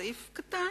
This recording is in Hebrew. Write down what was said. סעיף קטן,